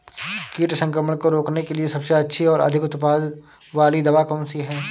कीट संक्रमण को रोकने के लिए सबसे अच्छी और अधिक उत्पाद वाली दवा कौन सी है?